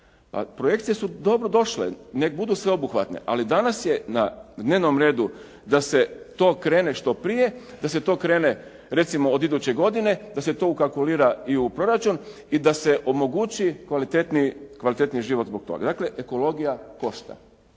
Projekcije su dobro došle, neka budu sveobuhvatne ali danas je na dnevnom redu da se to krene što prije, da se to krene recimo od iduće godine, da se to ukalkulira i u proračun i da se omogući kvalitetniji život zbog toga. Dakle, ekologija košta